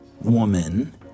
woman